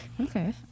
Okay